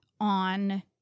on